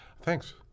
Thanks